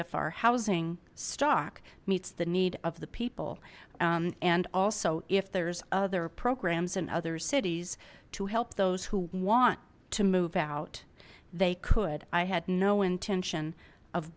if our housing stock meets the need of the people and also if there's other programs in other cities to help those who want to move out they could i had no intention of